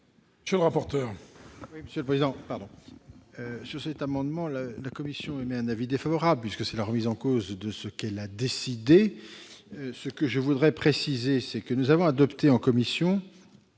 Monsieur le corapporteur,